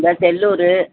இந்தா செல்லூர்